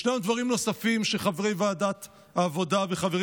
ישנם דברים נוספים שחברי ועדת העבודה וחברים